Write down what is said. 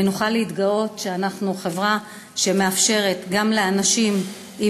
ונוכל להתגאות שאנחנו חברה שמאפשרת גם לאנשים עם